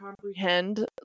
comprehend